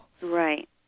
Right